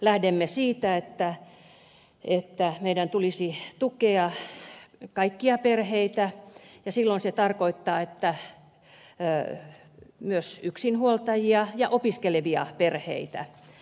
lähdemme siitä että meidän tulisi tukea kaikkia perheitä ja silloin se tarkoittaa myös yksinhuoltajia ja opiskelevia perheitä